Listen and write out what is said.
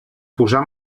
posar